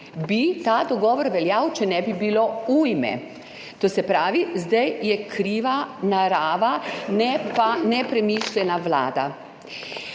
bi ta dogovor veljal, če ne bi bilo ujme. To se pravi, zdaj je kriva narava, ne pa nepremišljena vlada.